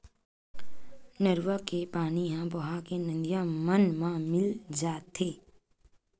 नरूवा के पानी ह बोहा के नदिया मन म मिल जाथे